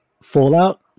Fallout